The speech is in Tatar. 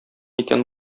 икән